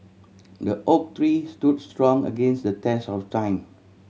the oak tree stood strong against the test of time